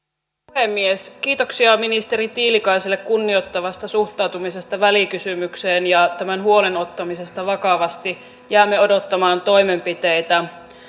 puhemies kiitoksia ministeri tiilikaiselle kunnioittavasta suhtautumisesta välikysymykseen ja tämän huolen ottamisesta vakavasti jäämme odottamaan toimenpiteitä